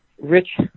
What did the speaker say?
rich